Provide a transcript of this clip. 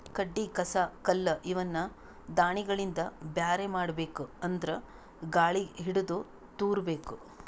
ಕಡ್ಡಿ ಕಸ ಕಲ್ಲ್ ಇವನ್ನ ದಾಣಿಗಳಿಂದ ಬ್ಯಾರೆ ಮಾಡ್ಬೇಕ್ ಅಂದ್ರ ಗಾಳಿಗ್ ಹಿಡದು ತೂರಬೇಕು